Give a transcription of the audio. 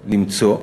למצוא.